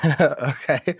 Okay